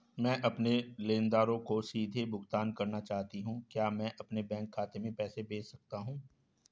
मैं अपने लेनदारों को सीधे भुगतान करना चाहता हूँ क्या मैं अपने बैंक खाते में पैसा भेज सकता हूँ?